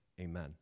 amen